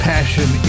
Passion